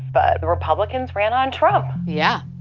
but republicans ran on trump. yeah.